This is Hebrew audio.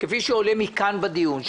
כפי שעולה כאן בדיון,